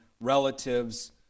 relatives